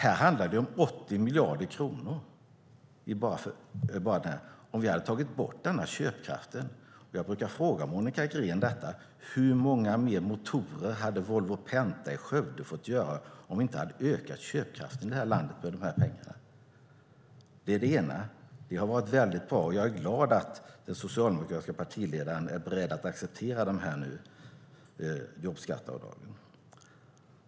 Det handlar om 80 miljarder kronor bara här. Jag brukar fråga Monica Green hur många fler motorer Volvo Penta i Skövde hade fått göra om vi inte hade ökat köpkraften i det här landet med de pengarna? Det är det ena. Det har varit väldigt bra, och jag är glad att den socialdemokratiska partiledaren är beredd att acceptera jobbskatteavdragen nu.